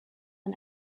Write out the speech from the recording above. and